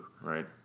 Right